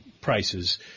prices